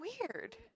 weird